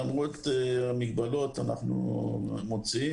למרות המגבלות אנחנו מוציאים.